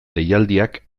deialdiak